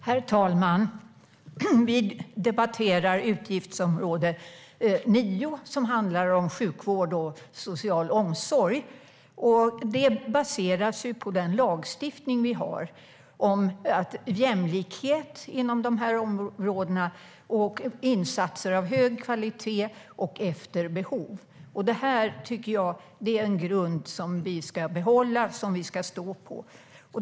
Herr talman! Vi debatterar utgiftsområde 9 som handlar om sjukvård och social omsorg. Det baseras på den lagstiftning som vi har om jämlikhet inom dessa områden och om insatser av hög kvalitet och efter behov. Detta tycker jag är en grund som vi ska behålla och som vi ska stå på.